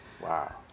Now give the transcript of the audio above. Wow